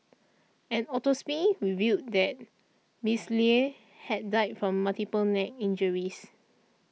an autopsy revealed that Ms Lie had died from multiple neck injuries